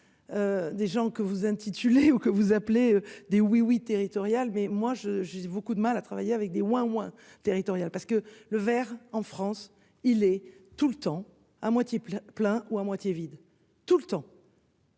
Des gens que vous intitulez ou que vous appelez dès oui oui territoriale mais moi je j'ai beaucoup de mal à travailler avec des moins moins territoriale parce que le verre en France, il est tout le temps à moitié plein plein ou à moitié vide, tout le temps.